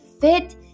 fit